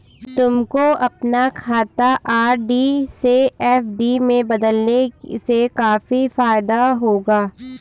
तुमको अपना खाता आर.डी से एफ.डी में बदलने से काफी फायदा होगा